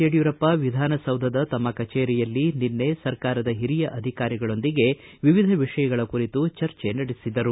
ಯಡಿಯೂರಪ್ಪ ವಿಧಾನಸೌಧದ ತಮ್ಮ ಕಚೇರಿಯಲ್ಲಿ ನಿನ್ನೆ ಸರ್ಕಾರದ ಹಿರಿಯ ಅಧಿಕಾರಿಗಳೊಂದಿಗೆ ವಿವಿಧ ವಿಷಯಗಳ ಕುರಿತು ಚರ್ಚೆ ನಡೆಸಿದರು